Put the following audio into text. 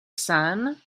sun